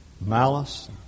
malice